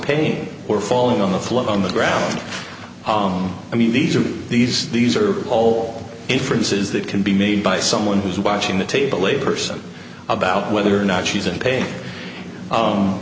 pain or falling on the floor on the ground home i mean these are these these are all inferences that can be made by someone who's watching the table a person about whether or not she's in pain